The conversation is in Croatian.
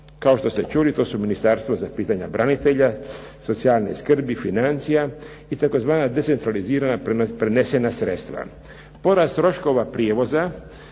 Kao što ste čuli to su Ministarstvo za pitanja branitelja, socijalne skrbi, financija i tzv. decentralizirana prenesena sredstva. Porast troškova prijevoza